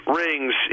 rings